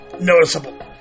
noticeable